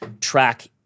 track